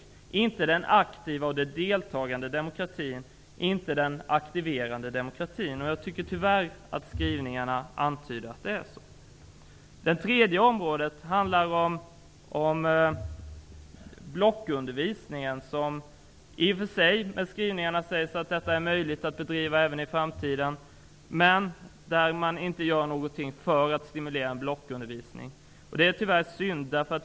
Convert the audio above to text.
Det blir inte den aktiva och deltagande demokratin, och inte den aktiverande demokratin. Jag tycker att skrivningarna antyder att det tyvärr kommer att bli så. Ett tredje område är blockundervisningen. Med skrivningarna kanske det är möjligt att bedriva sådan också i framtiden, men man gör ingenting för att stimulera den. Det är synd.